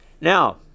Now